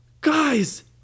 guys